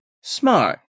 Smart